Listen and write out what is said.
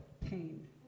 pain